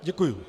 Děkuji.